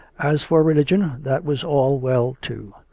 as for religion, that was all well too.